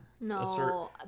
No